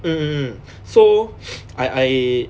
mm mm mm so I I